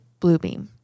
Bluebeam